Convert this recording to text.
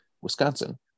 Wisconsin